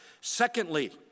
Secondly